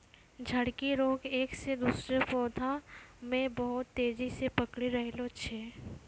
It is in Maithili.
झड़की रोग एक से दुसरो पौधा मे बहुत तेजी से पकड़ी रहलो छै